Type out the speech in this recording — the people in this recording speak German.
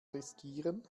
riskieren